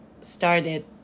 started